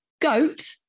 Goat